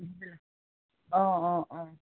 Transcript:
অ' অ'